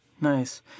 Nice